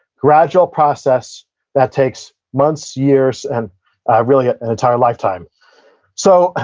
gradual process that takes months, years and really an entire lifetime so,